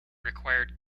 required